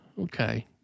Okay